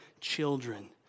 children